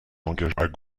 engagement